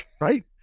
Right